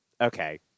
okay